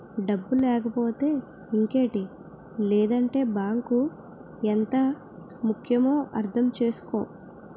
డబ్బు లేకపోతే ఇంకేటి లేదంటే బాంకు ఎంత ముక్యమో అర్థం చేసుకో